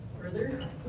further